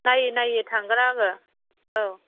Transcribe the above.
नायै नायै थांगोन आङो औ